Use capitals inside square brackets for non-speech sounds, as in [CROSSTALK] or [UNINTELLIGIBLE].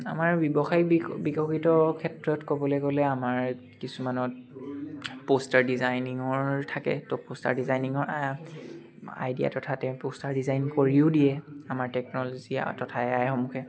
আমাৰ ব্যৱসায় বিক বিকশিত ক্ষেত্ৰত ক'বলৈ গ'লে আমাৰ কিছুমানত প'ষ্টাৰ ডিজাইনিঙৰ থাকে ত' প'ষ্টাৰ ডিজাইনিঙৰ আইডিয়া [UNINTELLIGIBLE] প'ষ্টাৰ ডিজাইন কৰিও দিয়ে আমাৰ টেকন'লজি তথা এ আই [UNINTELLIGIBLE]